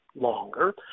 Longer